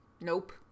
Nope